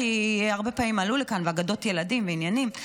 כי הרבה פעמים עלו לכאן עם אגדות ילדים ועניינים.